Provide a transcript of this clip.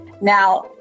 Now